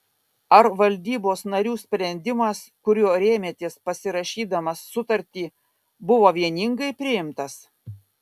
ar valdybos narių sprendimas kuriuo rėmėtės pasirašydamas sutartį buvo vieningai priimtas